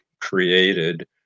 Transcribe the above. created